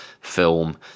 film